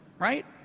right?